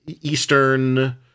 eastern